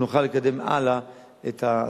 שנוכל לקדם הלאה את ההצעה.